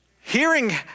Hearing